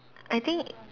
I think